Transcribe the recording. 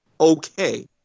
okay